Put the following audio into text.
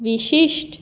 विशिश्ट